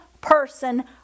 person